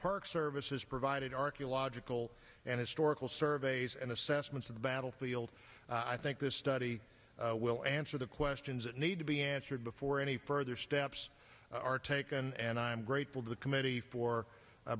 park service has provided archaeological and historical surveys and assessments of the battlefield i think this study will answer the questions that need to be answered before any further steps are taken and i'm grateful to the committee for